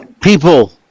People